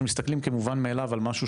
שמסתכלים כמובן מאליו על משהו